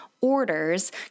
orders